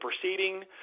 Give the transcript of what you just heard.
proceeding